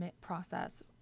process